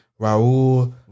Raul